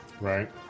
Right